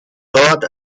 dort